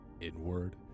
inward